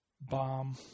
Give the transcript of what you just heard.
bomb